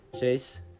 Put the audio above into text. Chase